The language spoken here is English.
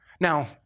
Now